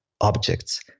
objects